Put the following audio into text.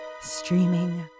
streaming